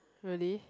really